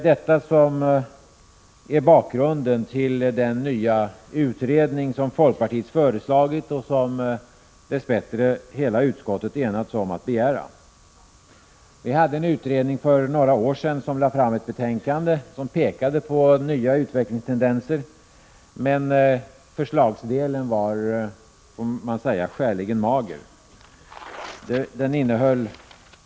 Detta är bakgrunden till den nya utredning som folkpartiet föreslagit och som dess bättre alla i utskottet har enats om att begära. För några år sedan lade en utredning fram ett betänkande som pekade på nya utvecklingstendenser, men det måste sägas att förslagsdelen var skäligen mager.